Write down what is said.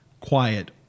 quiet